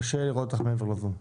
קשה לי לראות אותך מעבר לזום,